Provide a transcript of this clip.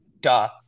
duh